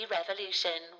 Revolution